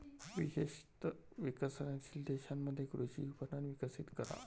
विशेषत विकसनशील देशांमध्ये कृषी विपणन विकसित करा